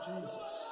Jesus